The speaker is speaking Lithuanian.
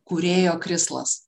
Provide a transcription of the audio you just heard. kūrėjo krislas